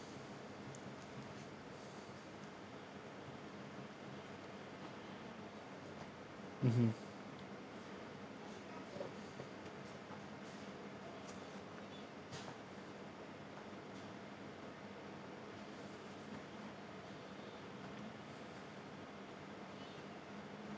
mmhmm